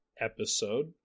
episode